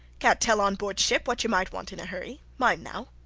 cant tell on board ship what you might want in a hurry. mind, now.